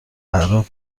اعراب